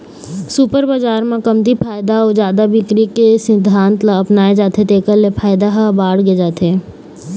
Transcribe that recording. super बजार म कमती फायदा अउ जादा बिक्री के सिद्धांत ल अपनाए जाथे तेखर ले फायदा ह बाड़गे जाथे